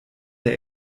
der